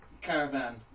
caravan